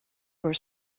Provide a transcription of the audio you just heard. were